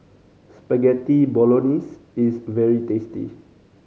Spaghetti Bolognese is very tasty